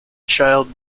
child